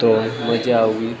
તો મજા આવવી